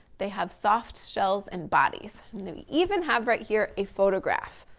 they have soft shells and bodies. and we even have right here a photograph,